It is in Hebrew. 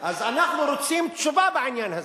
רוצים תשובה בעניין הזה.